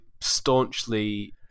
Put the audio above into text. staunchly